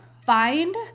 Find